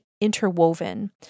interwoven